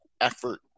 effort